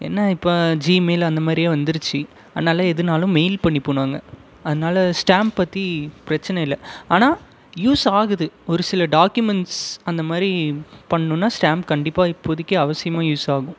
ஏன்னால் இப்போது ஜீமெயில் அந்த மாதிரியே வந்துருச்சு அதனால எதுன்னாலும் மெயில் பண்ணிப்போம் நாங்கள் அதனால் ஸ்டாம்ப் பற்றி பிரச்சனை இல்லை ஆனால் யூஸ் ஆகுது ஒரு சில டாக்யூமென்ட்ஸ் அந்த மாதிரி பண்ணுன்னால் ஸ்டாம்ப் கண்டிப்பாக இப்போதைக்கு அவசியமாக யூஸ் ஆகும்